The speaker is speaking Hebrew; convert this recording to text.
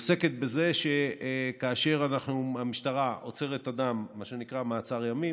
היא עוסקת בזה שכאשר המשטרה עוצרת אדם למה שנקרא מעצר ימים,